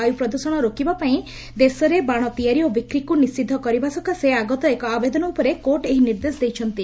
ବାୟୁ ପ୍ରଦୂଷଣ ରୋକିବା ପାଇଁ ଦେଶରେ ବାଣ ତିଆରି ଓ ବିକ୍ରିକୁ ନିଷିଦ୍ଧ କରିବା ସକାଶେ ଆଗତ ଏକ ଆବେଦନ ଉପରେ କୋର୍ଟ ଏହି ନିର୍ଦ୍ଦେଶ ଦେଇଛନ୍ତି